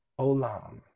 Olam